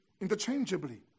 interchangeably